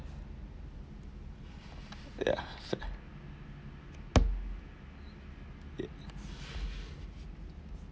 ya